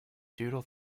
doodle